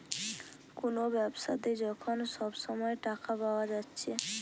কুনো ব্যাবসাতে যখন সব সময় টাকা পায়া যাচ্ছে